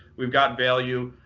we've got value.